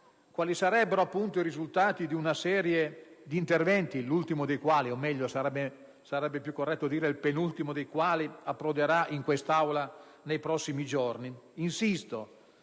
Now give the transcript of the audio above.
quali sarebbero i risultati di una serie di interventi, l'ultimo dei quali - ma sarebbe più corretto dire il penultimo - approderà in quest'Aula nei prossimi giorni? Insisto,